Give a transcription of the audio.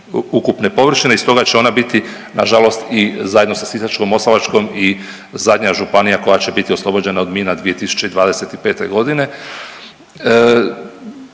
ukupne površine i stoga će ona biti nažalost i zajedno sa Sisačko-moslavačkom i zadnja županija koja će biti oslobođena od mina 2025. g.